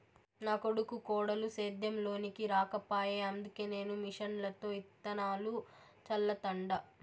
నా కొడుకు కోడలు సేద్యం లోనికి రాకపాయె అందుకే నేను మిషన్లతో ఇత్తనాలు చల్లతండ